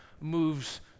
moves